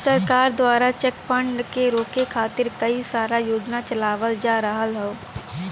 सरकार दवारा check fraud के रोके खातिर कई सारा योजना चलावल जा रहल हौ